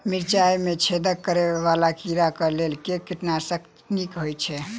मिर्चाय मे छेद करै वला कीड़ा कऽ लेल केँ कीटनाशक नीक होइ छै?